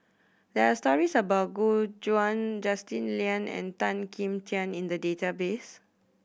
there are stories about Gu Juan Justin Lean and Tan Kim Tian in the database